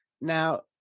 Now